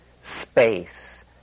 space